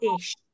ish